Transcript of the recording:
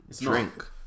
drink